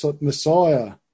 Messiah